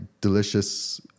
delicious